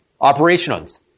Operations